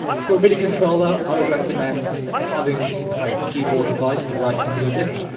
for a midi controller i would recommend having some kind of keyboard device for writing music.